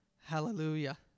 Hallelujah